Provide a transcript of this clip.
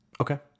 Okay